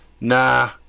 Nah